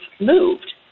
moved